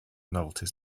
novelties